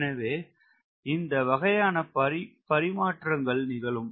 எனவே இந்த வகையான பரிமாற்றங்கள் நிகழும்